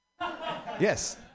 Yes